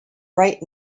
right